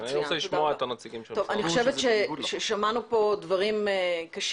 אני רוצה לשמוע את הנציגים של --- אני חושבת ששמענו פה דברים קשים,